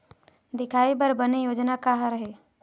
दिखाही बर बने योजना का हर हे?